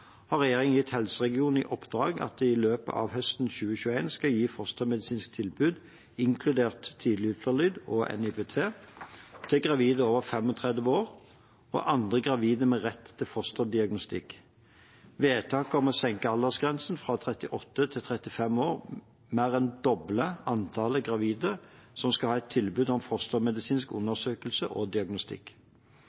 har regjeringen gitt helseregionene i oppdrag at de i løpet av høsten 2021 skal gi fostermedisinsk tilbud, inkludert tidlig ultralyd og NIPT, til gravide over 35 år og andre gravide med rett til fosterdiagnostikk. Vedtaket om å senke aldersgrensen fra 38 til 35 år mer enn dobler antallet gravide som skal ha et tilbud om fostermedisinsk